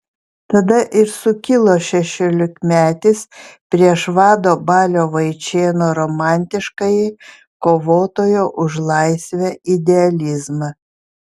tada ir sukilo šešiolikmetis prieš vado balio vaičėno romantiškąjį kovotojo už laisvę idealizmą